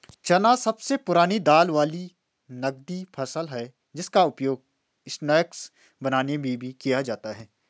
चना सबसे पुरानी दाल वाली नगदी फसल है जिसका उपयोग स्नैक्स बनाने में भी किया जाता है